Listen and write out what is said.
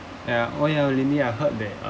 yeah oh yeah lily I heard that